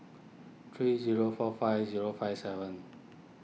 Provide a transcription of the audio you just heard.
three zero four five zero five seven